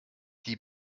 die